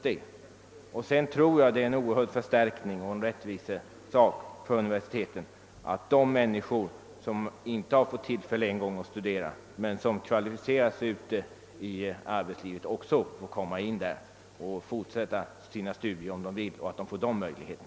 Vidare tror jag att det skulle innebära en oerhört stark förbättring och att det är ett rättvisekrav att människor, som tidigare inte fått tillfälle att studera men som kvalificerat sig ute i arbetslivet, får möjlighet att komma in vid universitet för att fortsätta sina studier.